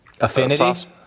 Affinity